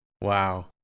Wow